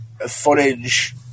footage